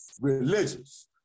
Religious